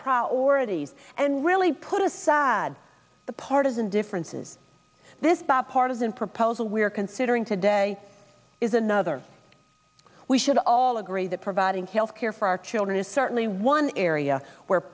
priorities and really put aside the partisan differences this bipartisan proposal we are considering today is another we should all agree that providing health care for our children is certainly one area where